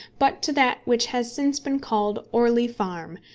but to that which has since been called orley farm,